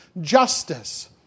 justice